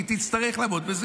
והיא תצטרך לעמוד בזה,